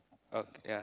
uh yea